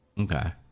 Okay